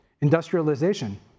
industrialization